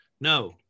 No